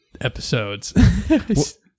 episodes